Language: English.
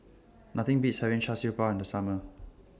Nothing Beats having Char Siew Bao in The Summer